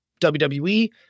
WWE